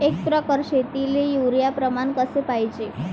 एक एकर शेतीले युरिया प्रमान कसे पाहिजे?